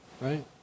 Right